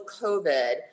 COVID